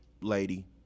lady